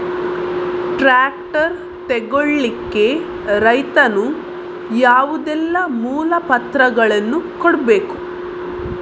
Tractor ತೆಗೊಳ್ಳಿಕೆ ರೈತನು ಯಾವುದೆಲ್ಲ ಮೂಲಪತ್ರಗಳನ್ನು ಕೊಡ್ಬೇಕು?